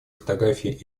фотографии